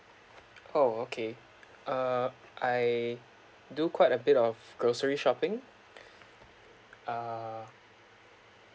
oh okay uh I do quite a bit of grocery shopping uh